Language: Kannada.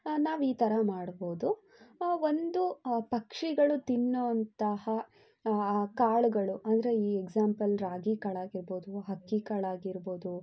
ನಾವು ಈ ಥರ ಮಾಡ್ಬೋದು ಒಂದು ಪಕ್ಷಿಗಳು ತಿನ್ನುವಂತಹ ಆ ಕಾಳುಗಳು ಅಂದರೆ ಈ ಎಕ್ಸಾಂಪಲ್ ರಾಗಿ ಕಾಳಾಗಿರ್ಬೋದು ಅಕ್ಕಿ ಕಾಳಾಗಿರ್ಬೋದು